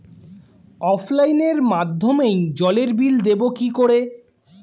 অফলাইনে মাধ্যমেই জলের বিল দেবো কি করে?